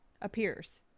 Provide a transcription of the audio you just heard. appears